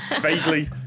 vaguely